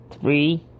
three